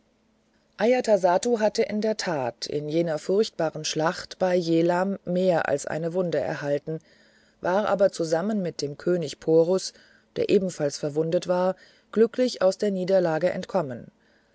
hatte in der tat in jener furchtbaren schlacht bei jehlam mehr als eine wunde erhalten war aber zusammen mit dem könig porus der ebenfalls verwundet war glücklich aus der niederlage entkommen